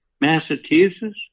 Massachusetts